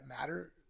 matter